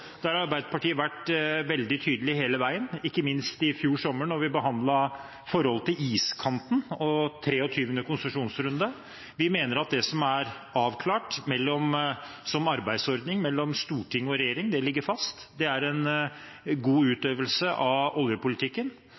Der har Arbeiderpartiet vært veldig tydelig hele veien, ikke minst i fjor sommer, da vi behandlet forholdet til iskanten og 23. konsesjonsrunde. Vi mener at det som er avklart som arbeidsordning mellom storting og regjering, ligger fast. Det er en god utøvelse av oljepolitikken